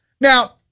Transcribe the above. Now